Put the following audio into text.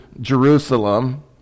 Jerusalem